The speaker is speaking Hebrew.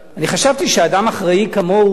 אני חשבתי שאדם אחראי כמוהו,